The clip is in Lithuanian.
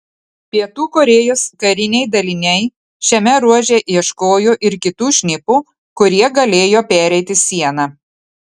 pietų korėjos kariniai daliniai šiame ruože ieškojo ir kitų šnipų kurie galėjo pereiti sieną